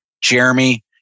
Jeremy